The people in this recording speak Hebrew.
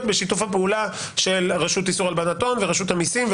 בשיתוף הפעולה של רשות איסור הלבנת הון ורשות המיסים.